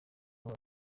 wayo